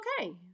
okay